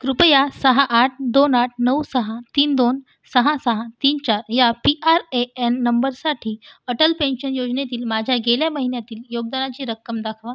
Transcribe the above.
कृपया सहा आठ दोन आठ नऊ सहा तीन दोन सहा सहा तीन चार या पी आर ए एन नंबरसाठी अटल पेन्शन योजनेतील माझ्या गेल्या महिन्यातील योगदानाची रक्कम दाखवा